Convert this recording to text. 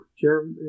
Jeremy